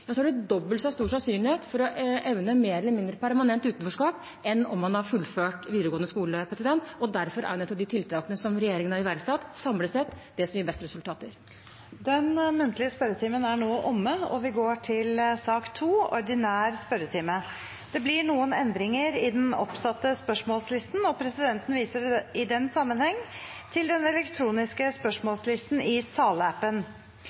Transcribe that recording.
det dobbelt så stor sannsynlighet for å ende i mer eller mindre permanent utenforskap enn om man har fullført videregående skole. Derfor er nettopp de tiltakene som regjeringen har iverksatt, samlet sett det som gir best resultater. Den muntlige spørretimen er da omme. Det blir noen endringer i den oppsatte spørsmålslisten, og presidenten viser i den sammenheng til den elektroniske spørsmålslisten i salappen.